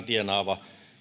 tienaava